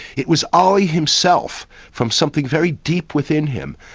it was ali himself, from something very deep within him,